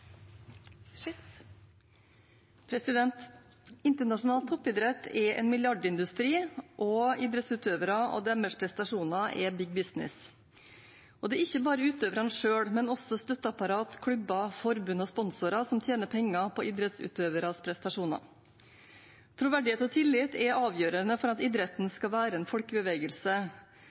Ikke bare utøverne selv, men også støtteapparat, klubber, forbund og sponsorer tjener penger på idrettsutøvernes prestasjoner. Troverdighet og tillit er avgjørende for at idretten skal være en folkebevegelse.